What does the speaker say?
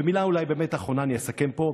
ואולי מילה אחרונה, ואני אסכם פה.